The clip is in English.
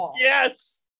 Yes